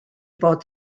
bod